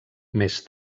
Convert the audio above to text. més